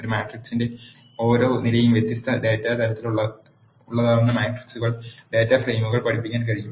ഒരു മാട്രിക്സിന്റെ ഓരോ നിരയും വ്യത്യസ്ത ഡാറ്റ തരത്തിലായിരിക്കാവുന്ന മാട്രിക്സുകൾ ഡാറ്റ ഫ്രെയിമുകൾ പഠിപ്പിക്കാൻ കഴിയും